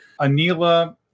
Anila